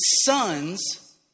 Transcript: sons